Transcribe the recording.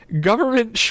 government